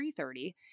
3.30